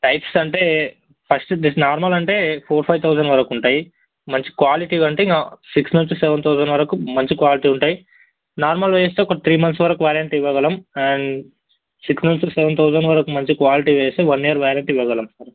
types అంటే first just normal అంటే four five thousand వరకు ఉంటాయి మంచి క్వాలిటీగా అంటే సిక్స్ నుంచి సెవెన్ తౌజండ్ వరకు మంచి క్వాలిటీ ఉంటాయి నార్మల్ వేస్తే ఒక త్రీ మంత్స్ వరకు వారంటీ ఇవ్వగలం అండ్ సిక్స్ నుంచి సెవెన్ తౌజండ్ వరకు మంచి క్వాలిటీ వేస్తే వన్ ఇయర్ వారంటీ ఇవ్వగలం సార్